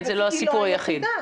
והיא לא היחידה.